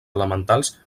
elementals